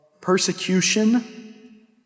persecution